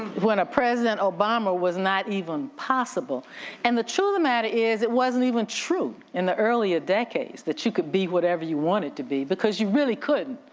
when a president obama was not even possible and the true the matter is it wasn't even true in the earlier decades that you could be whatever you wanted to be because you really couldn't